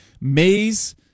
May's